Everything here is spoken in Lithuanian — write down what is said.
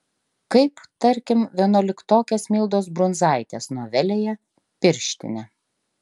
kaip tarkim vienuoliktokės mildos brunzaitės novelėje pirštinė